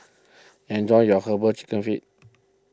enjoy your Herbal Chicken Feet